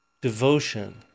devotion